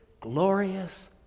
glorious